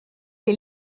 est